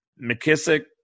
McKissick